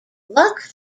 luck